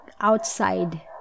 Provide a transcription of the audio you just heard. outside